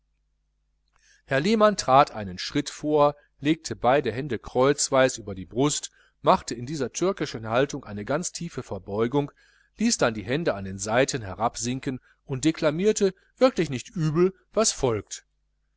herr lehmann trat einen schritt vor legte beide hände kreuzweis über die brust machte in dieser türkischen haltung eine ganz tiefe verbeugung ließ dann die hände an den seiten herabsinken und deklamierte wirklich nicht übel was folgt